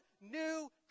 new